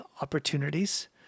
opportunities